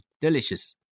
Delicious